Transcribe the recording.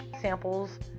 samples